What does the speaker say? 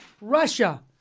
Russia